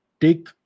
take